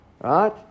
Right